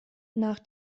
nach